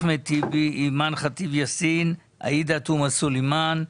אחמד טיבי, אימאן חטיב יאסין, עאידה תומא סלימאן.